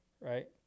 Right